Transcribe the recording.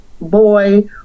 boy